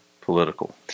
political